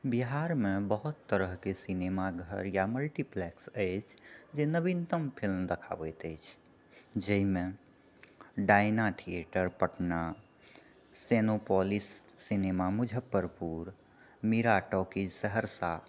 बिहारमे बहुत तरहके सिनेमा घर या मल्टीप्लैक्स अछि जे नवीनतम फिल्म देखाबैत अछि जाहिमे Diana theatre Patna Cinepolis cinema Muzaffarpur Meera talkies Saharsa